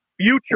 future